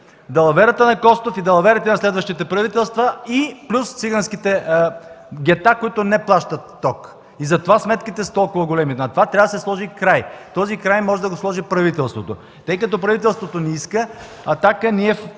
далаверата на Костов и далаверите на следващите правителства, на циганските гета, които не плащат ток. Затова сметките са толкова големи. На това трябва да се сложи край. Този край може да го сложи правителството. Тъй като правителството не иска, ние